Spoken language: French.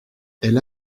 elle